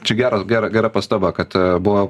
čia gera gera gera pastaba kad buvo